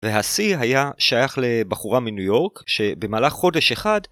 והשיא היה שייך לבחורה מניו יורק שבמהלך חודש אחד...